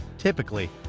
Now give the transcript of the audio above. typically,